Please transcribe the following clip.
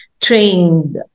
trained